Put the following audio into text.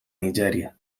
nigèria